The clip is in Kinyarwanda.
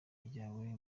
ryawe